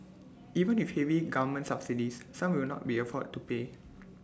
even with heavy government subsidies some will not be afford to pay